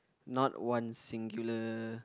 not one singular